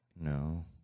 no